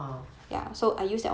ah